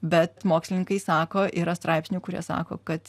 bet mokslininkai sako yra straipsnių kurie sako kad